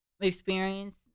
experience